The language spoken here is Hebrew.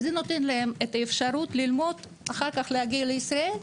וזה נותן להם את האפשרות להגיע לישראל,